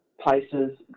places